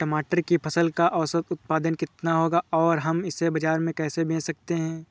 टमाटर की फसल का औसत उत्पादन कितना होगा और हम इसे बाजार में कैसे बेच सकते हैं?